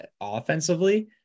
offensively